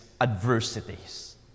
adversities